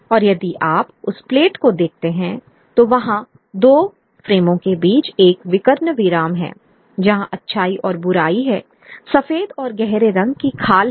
और यदि आप उस प्लेट को देखते हैं तो वहां दो फ्रेमों के बीच एक विकर्ण विराम है जहां अच्छाई और बुराई है सफेद और गहरे रंग की खाल है